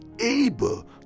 able